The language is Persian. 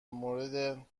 مورد